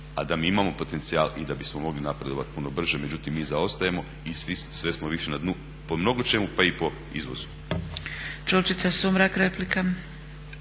a da mi imamo potencijal i da bismo mogli napredovati puno brže međutim mi zaostajemo i sve smo više na dnu po mnogo čemu pa i po izvozu.